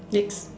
next